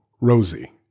Rosie